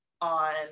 on